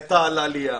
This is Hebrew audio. מתה על עלייה,